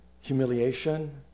humiliation